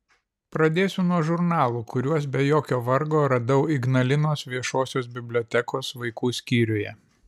pradėsiu nuo žurnalų kuriuos be jokio vargo radau ignalinos viešosios bibliotekos vaikų skyriuje